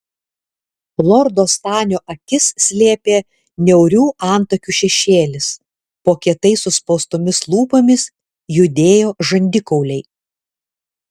lordo stanio akis slėpė niaurių antakių šešėlis po kietai suspaustomis lūpomis judėjo žandikauliai